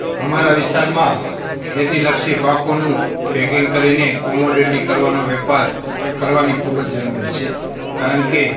અમારા વિસ્તારમાં ખેતીલક્ષી પાકોનું પૅકિંગ કરીને કોમોડિટી કરવાનો વ્યાપાર કરવાની ખૂબ જ જરૂર છે કારણ કે